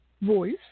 voice